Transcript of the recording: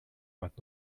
but